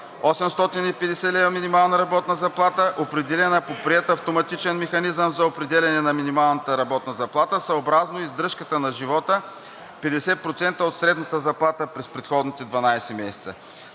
850 лв. минимална работна заплата, определена по приет автоматичен механизъм за определяне на минималната работна заплата, съобразно издръжката на живота 50% от средната заплата през предходните 12 месеца.